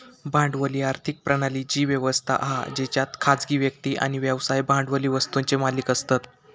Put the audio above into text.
भांडवली आर्थिक प्रणाली ती व्यवस्था हा जेच्यात खासगी व्यक्ती किंवा व्यवसाय भांडवली वस्तुंचे मालिक असतत